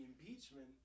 impeachment